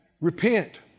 Repent